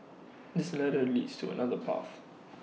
this ladder leads to another path